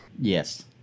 Yes